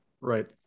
Right